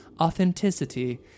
authenticity